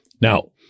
Now